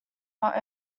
not